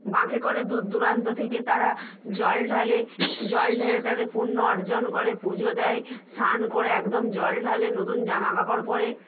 বাঁকে করে দূর দূরান্ত থেকে তারা জল ঢালে জল ঢেলে তাদের পূণ্য অর্জন করে পুজো দেয় স্নান করে একদম জল ঢালে নতুন জামাকাপড় পরে